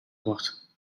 wordt